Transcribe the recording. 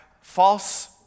false